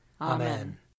Amen